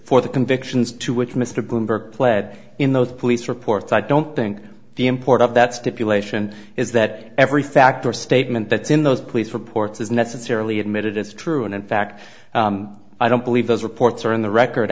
for the convictions to which mr bloomberg pled in those police reports i don't think the import of that stipulation is that every fact or a statement that's in those police reports is necessarily admitted as true and in fact i don't believe those reports are in the record